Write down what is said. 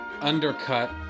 undercut